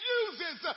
uses